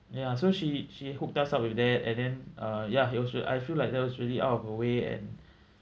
ya so she she hooked us up with that and then uh ya he also I feel like that was really out of her way and